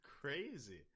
Crazy